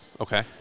Okay